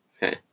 Okay